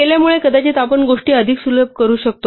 हे केल्यामुळे कदाचित आपण गोष्टी आणखी सुलभ करू शकतो